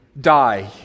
die